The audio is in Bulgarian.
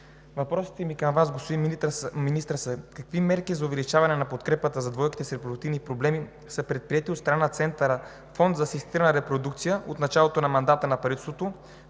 Въпросите ми към Вас, господин Министър, са: какви мерки за увеличаване на подкрепата за двойките с репродуктивни проблеми са предприети от страна на Център „Фонд за асистирана репродукция“ от началото на мандата на правителството,